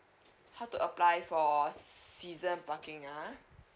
how to apply for season parking ah